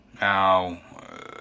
Now